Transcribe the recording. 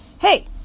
hey